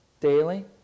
daily